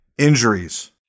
Injuries